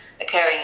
occurring